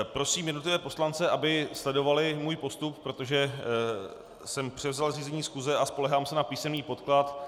Prosím jednotlivé poslance, aby sledovali můj postup, protože jsem převzal řízení schůze a spoléhám se na písemný podklad.